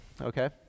okay